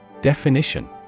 Definition